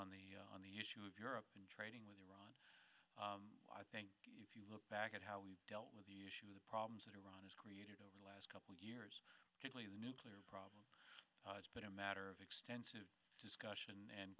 on the on the issue of european trading with iran i think if you look back at how we dealt with the issue of the problems that iran has created over the last couple of years the nuclear problem has been a matter of extensive discussion and